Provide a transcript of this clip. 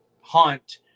hunt